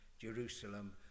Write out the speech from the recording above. Jerusalem